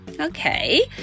Okay